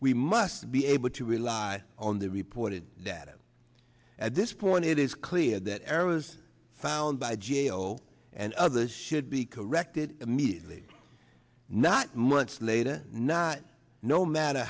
we must be able to rely on the reported that at this point it is clear that errors found by g a o and others should be corrected immediately not months later not no matter